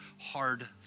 hard